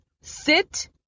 sit